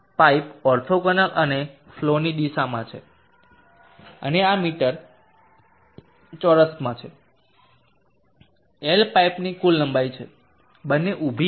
pipe orthogonal અને ફલોની દિશામાં છે અને આ મીટર સ્ક્વેર છે એલ પાઇપની કુલ લંબાઈ છે બંને ઊભી અને આડી છે